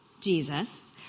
Jesus